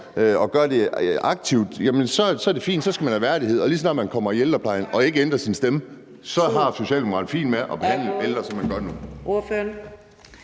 og gør det aktivt, er det fint, og så skal man have værdighed, men lige så snart man har brug for ældrepleje og ikke ændrer sin stemme, har Socialdemokraterne det fint med at behandle ældre, som de gør nu?